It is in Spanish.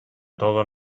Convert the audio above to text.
todos